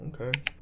okay